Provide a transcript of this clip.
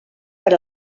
per